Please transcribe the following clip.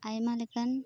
ᱟᱭᱢᱟ ᱞᱮᱠᱟᱱ